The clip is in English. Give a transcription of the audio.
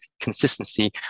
consistency